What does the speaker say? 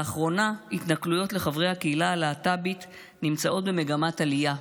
לאחרונה התנכלויות לחברי הקהילה הלהט"בית נמצאות במגמת עלייה,